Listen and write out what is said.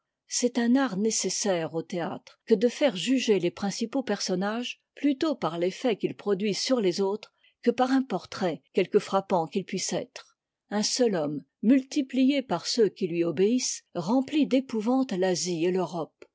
c'est un art nécessaire au théâtre que de faire juger les principaux personnages plutôt par l'effet qu'ils produisent sur les autres que par un portrait quelque frappant qu'il puisse être un seul homme multiplié par ceux qui lui obéissent remplit d'd pouvante l'asie et l'europe